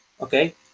okay